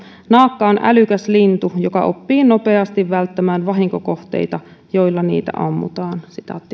naakka on älykäs lintu joka oppii nopeasti välttämään vahinkokohteita joilla niitä ammutaan